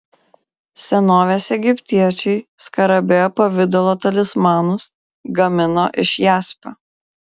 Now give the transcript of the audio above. senovės egiptiečiai skarabėjo pavidalo talismanus gamino iš jaspio